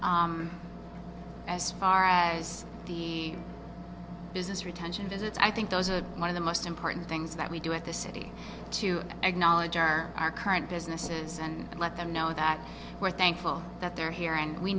that as far as the business retention visits i think those are my the most important things that we do at the city to acknowledge our our current businesses and let them know that we're thankful that they're here and we